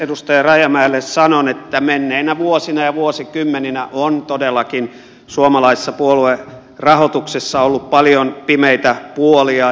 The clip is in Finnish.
edustaja rajamäelle sanon että menneinä vuosina ja vuosikymmeninä on todellakin suomalaisessa puoluerahoituksessa ollut paljon pimeitä puolia